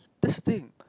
that's thing